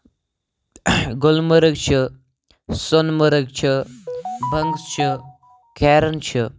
گُلمَرٕگ چھُ سونہٕ مَرٕگ چھُ بنگس چھُ کیرَن چھُ